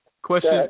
Question